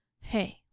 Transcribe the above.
hey